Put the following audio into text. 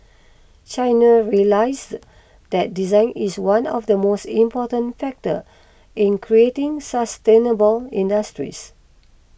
China realises that design is one of the most important factors in creating sustainable industries